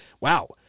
wow